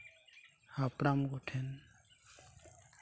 ᱦᱟᱯᱲᱟᱢ ᱠᱚᱴᱷᱮᱱ